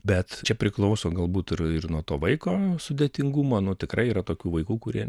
bet čia priklauso galbūt ir ir nuo to vaiko sudėtingumo nu tikrai yra tokių vaikų kurie